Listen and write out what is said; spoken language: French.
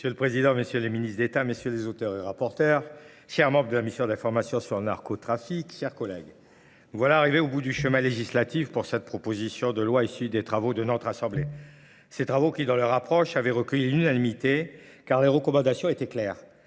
Monsieur le Président, messieurs les ministres d'État, messieurs les auteurs et rapporteurs, chers membres de la mission de la formation sur le narcotrafique, chers collègues, nous voilà arrivés au bout du chemin législatif pour cette proposition de loi issue des travaux de notre assemblée. Ces travaux qui, dans leur approche, avaient recueilli l'unanimité, car les recommandations étaient claires,